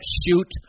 shoot